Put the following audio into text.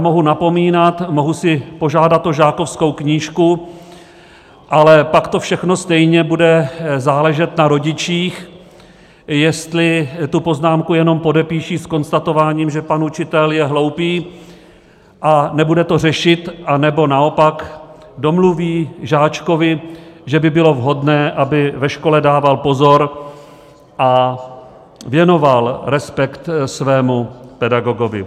Mohu napomínat, mohu si požádat o žákovskou knížku, ale pak to všechno stejně bude záležet na rodičích, jestli tu poznámku jenom podepíší s konstatováním, že pan učitel je hloupý, a nebudou to řešit, anebo naopak domluví žáčkovi, že by bylo vhodné, aby ve škole dával pozor a věnoval respekt svému pedagogovi.